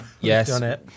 Yes